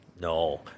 No